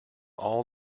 all